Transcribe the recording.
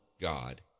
God